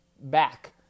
back